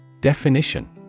Definition